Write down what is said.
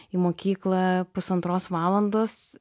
į mokyklą pusantros valandos